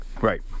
Right